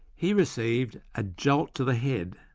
he received a jolt to the head,